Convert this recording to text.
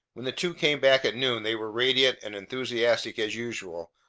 when the two came back at noon, they were radiant and enthusiastic as usual,